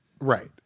Right